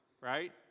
right